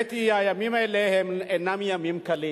האמת היא, הימים האלה אינם ימים קלים,